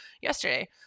yesterday